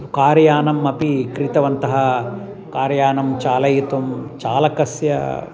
car यानम् अपि क्रीतवन्तः कार् यानं चालयितुं चालकस्य